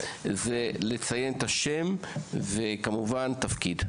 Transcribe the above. לבקש לציין שם ותפקיד.